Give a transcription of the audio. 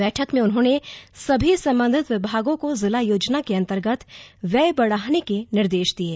बैठक में उन्होंने सभी संबंधित विभागों को जिला योजना के अंतर्गत व्यय बढ़ाने के निर्देश दिये